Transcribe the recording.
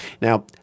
Now